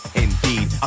indeed